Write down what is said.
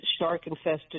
shark-infested